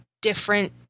different